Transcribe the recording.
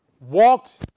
walked